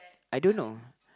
I don't know